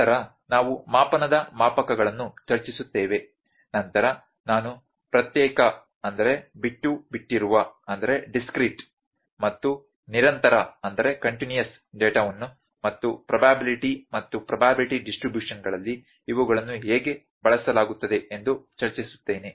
ನಂತರ ನಾವು ಮಾಪನದ ಮಾಪಕಗಳನ್ನು ಚರ್ಚಿಸುತ್ತೇವೆ ನಂತರ ನಾನು ಪ್ರತ್ಯೇಕಬಿಟ್ಟುಬಿಟ್ಟಿರುವ ಮತ್ತು ನಿರಂತರ ಡೇಟಾವನ್ನು ಮತ್ತು ಪ್ರೊಬ್ಯಾಬಿಲ್ಟಿ ಮತ್ತು ಪ್ರೊಬ್ಯಾಬಿಲ್ಟಿ ಡಿಸ್ಟ್ರಿಬ್ಯೂಷನ್ಗಳಲ್ಲಿ ಇವುಗಳನ್ನು ಹೇಗೆ ಬಳಸಲಾಗುತ್ತದೆ ಎಂದು ಚರ್ಚಿಸುತ್ತೇನೆ